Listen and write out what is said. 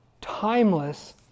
timeless